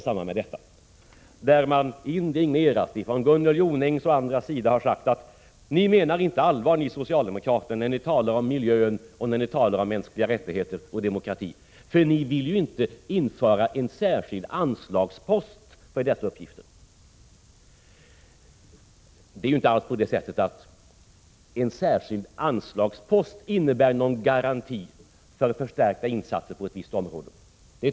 Gunnel Jonäng och andra har indignerat sagt: Ni menar inte allvar, ni socialdemokrater, när ni talar om miljö, mänskliga rättigheter och demokrati, för ni vill ju inte införa en särskild anslagspost för dessa uppgifter. Men det är inte alls så att en särskild anslagspost innebär en garanti för förstärkta insatser på ett visst område.